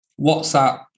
WhatsApp